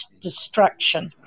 destruction